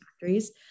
factories